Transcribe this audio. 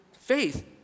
faith